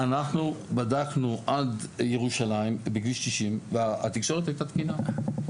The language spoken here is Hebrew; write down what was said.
אנחנו בדקנו עד ירושלים בכביש 90 והתקשורת הייתה תקינה.